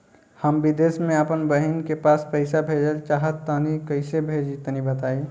हम विदेस मे आपन बहिन के पास पईसा भेजल चाहऽ तनि कईसे भेजि तनि बताई?